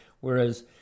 whereas